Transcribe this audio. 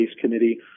Committee